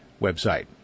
website